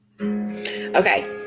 Okay